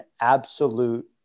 absolute